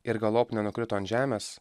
ir galop nenukrito ant žemės